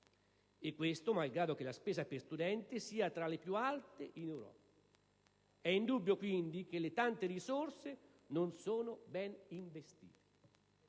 e ciò malgrado la spesa per studente sia tra le più alte in Europa. È indubbio quindi che le tante risorse non sono ben investite.